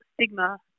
stigma